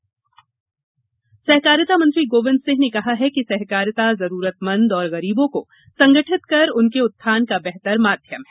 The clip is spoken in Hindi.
समृद्धि केन्द्र सहकारिता मंत्री गोविंद सिंह ने कहा कि सहकारिता जरूरतमंद और गरीबों को संगठित कर उनके उत्थान का बेहतर माध्यम है